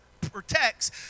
Protects